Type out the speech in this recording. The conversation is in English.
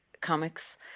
comics